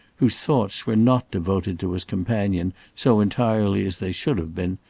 whose thoughts were not devoted to his companion so entirely as they should have been,